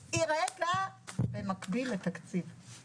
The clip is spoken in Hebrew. אני רק אוסיף עוד משפט לדבריה החשובים של חברת הכנסת פינטו,